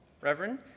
Reverend